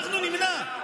אנחנו נמנע?